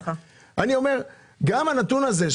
אני אומר שגם הנתון הזה,